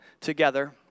together